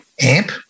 Amp